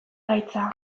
gaitza